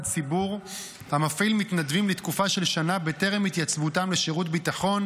ציבור המפעיל מתנדבים לתקופה של שנה בטרם התייצבותם לשירות ביטחון,